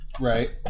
Right